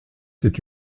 c’est